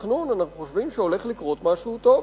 התכנון אנחנו חושבים שהולך לקרות משהו טוב.